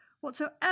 whatsoever